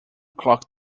clock